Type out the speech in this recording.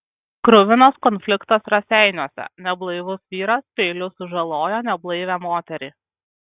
kruvinas konfliktas raseiniuose neblaivus vyras peiliu sužalojo neblaivią moterį